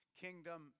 kingdom